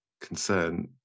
concern